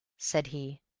said he,